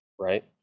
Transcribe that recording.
right